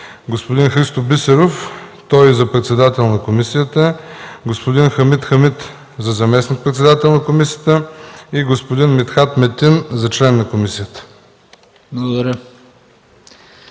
господин Христо Бисеров – той и за председател на комисията, господин Хамид Хамид – за заместник-председател на комисията, и господин Митхат Метин – за член на комисията.